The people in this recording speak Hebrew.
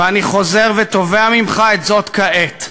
ואני חוזר ותובע ממך את זה כעת.